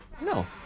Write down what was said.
No